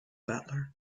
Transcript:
butler